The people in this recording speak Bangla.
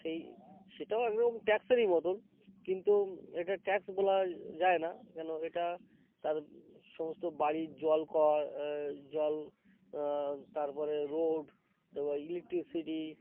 সেই সেটাও একরকম ট্যাক্সেরই মতন কিন্তু এটা ট্যাক্স বলা যায় না কেন এটা তার সমস্ত বাড়ির জল ক জল তারপরে রোড তারপর ইলেকট্রিসিটি